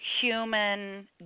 human